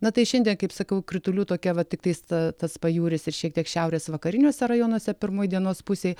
na tai šiandien kaip sakau kritulių tokia va tiktai tas pajūris ir šiek tiek šiaurės vakariniuose rajonuose pirmoj dienos pusėj